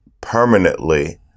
permanently